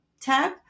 tab